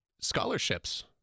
Scholarships